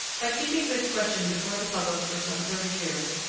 by keeping this question before the public for some thirty years,